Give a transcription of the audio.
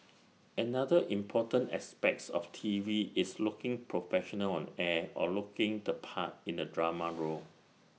another important aspects of T V is looking professional on air or looking the part in the drama role